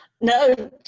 No